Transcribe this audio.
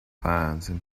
wahnsinn